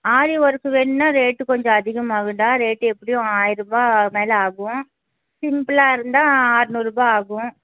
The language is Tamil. ஆரி ஒர்க்கு வேணுணா ரேட்டு கொஞ்சோம் அதிகமாவுன்டா ரேட்டு எப்படியும் ஆயிருபா மேல ஆகும் சிம்பிளாக இருந்தால் அரநூறுபா ஆகும்